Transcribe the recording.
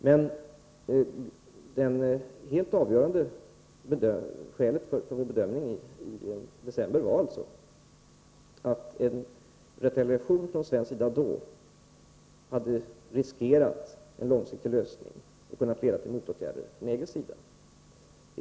Men det helt avgörande skälet för min bedömning i december var att en retaliation från svensk sida då hade kunnat äventyra en långsiktig lösning och leda till motåtgärder från EG:s sida.